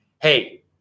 hey